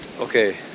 Okay